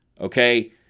Okay